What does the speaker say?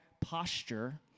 posture